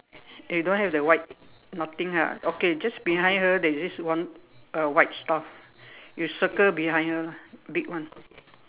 you don't have the white nothing ha okay just behind her there's this one uh white stuff you circle behind her lah big one